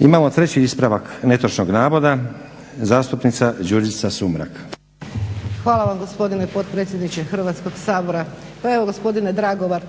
Imamo treći ispravak netočnog navoda zastupnica Đurđica Sumrak. **Sumrak, Đurđica (HDZ)** Hvala vam gospodine potpredsjedniče Hrvatskog sabora. Pa evo gospodine Dragovan